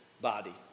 body